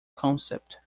concept